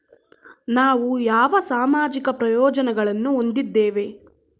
ನಾವು ಯಾವ ಸಾಮಾಜಿಕ ಪ್ರಯೋಜನಗಳನ್ನು ಹೊಂದಿದ್ದೇವೆ?